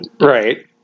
right